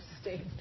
state